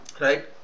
right